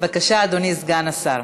בבקשה, אדוני סגן השר.